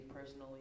personally